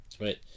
right